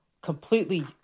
completely